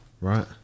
Right